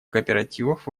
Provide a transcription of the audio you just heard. кооперативов